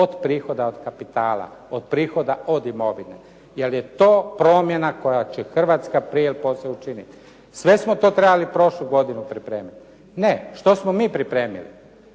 od prihoda, od kapitala, od prihoda od imovine, jer je to promjena koju će Hrvatska prije ili poslije učiniti. Sve smo to trebali prošlu godinu pripremiti. Ne, što smo mi pripremili.